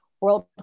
world